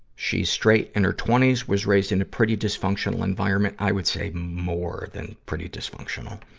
she's straight, in her twenty s, was raised in a pretty dysfunctional environment i would say more than pretty dysfunctional.